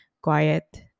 quiet